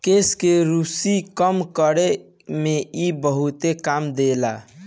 केश में रुसी कम करे में इ बहुते काम देला